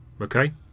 Okay